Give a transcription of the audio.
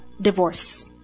divorce